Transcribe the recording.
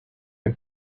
and